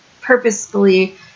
purposefully